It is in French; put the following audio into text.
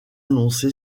annoncé